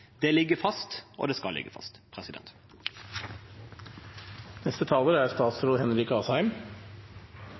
Det ligger fast, og det skal ligge fast.